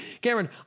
cameron